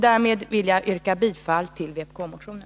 Därmed yrkar jag bifall till vpk-motionen.